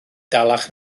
dalach